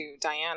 diana